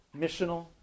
missional